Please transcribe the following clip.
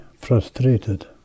frustrated